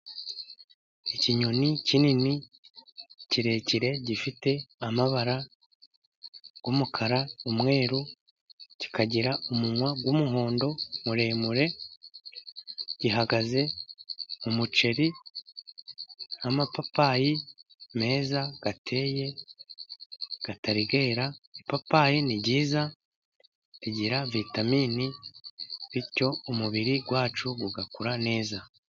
Ikinyoni kinini kirekire, gifite amabara y'umukara, umweru, kikagira umunwa w'umuhondo muremure, gihagaze mu muceri, n'amapapayi meza, ateye, atari yera, ipapayi ni ryiza rigira vitaminini, bityo umubiri wacu ugakura neza.